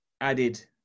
Added